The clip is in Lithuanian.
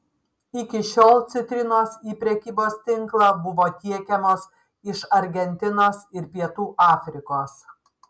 iki šiol citrinos į prekybos tinklą buvo tiekiamos iš argentinos ir pietų afrikos